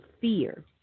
fear